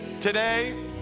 today